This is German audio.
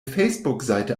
facebookseite